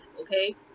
Okay